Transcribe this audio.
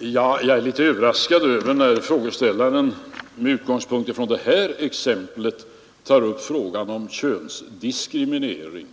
Herr talman! Jag är litet överraskad över att frågeställaren med utgångspunkt i det här exemplet tar upp frågan om könsdiskriminering.